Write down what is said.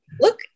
Look